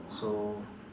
so